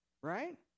right